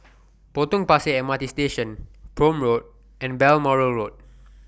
Potong Pasir M R T Station Prome Road and Balmoral Road